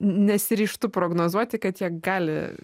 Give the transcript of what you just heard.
nesiryžtu prognozuoti kad jie gali